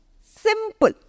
Simple